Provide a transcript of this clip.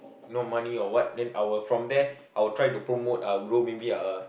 no money or what then I will from there I will try to promote uh grow maybe uh